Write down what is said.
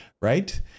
right